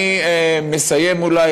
אני מסיים אולי,